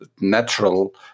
natural